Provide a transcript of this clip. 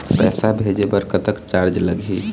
पैसा भेजे बर कतक चार्ज लगही?